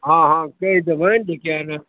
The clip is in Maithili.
हँ हँ कहि देबनि जेकि अहाँकेँ